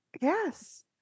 Yes